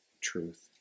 truth